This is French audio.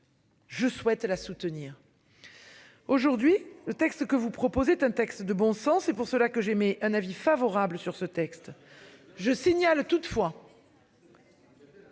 Je souhaite à la soutenir. Aujourd'hui le texte que vous proposez un texte de bon sens, c'est pour cela que j'aimais émets un avis favorable sur ce texte. Je signale toutefois.